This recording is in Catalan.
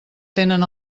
tenen